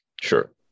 Sure